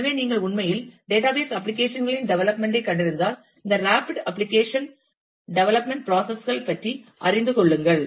எனவே நீங்கள் உண்மையில் டேட்டாபேஸ் அப்ளிகேஷன் களின் டெவலப்மென்ட் ஐ கண்டறிந்தால் இந்த ராபிட் அப்ளிகேஷன் டெவலப்மென்ட் ப்ராசஸ் கள் பற்றி அறிந்து கொள்ளுங்கள்